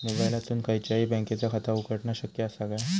मोबाईलातसून खयच्याई बँकेचा खाता उघडणा शक्य असा काय?